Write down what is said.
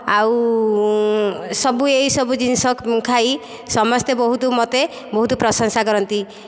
ଆଉ ସବୁ ଏହିସବୁ ଜିନିଷ ଖାଇ ସମସ୍ତେ ବହୁତ ମୋତେ ବହୁତ ପ୍ରଶଂସା କରନ୍ତି